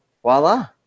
voila